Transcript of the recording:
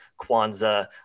Kwanzaa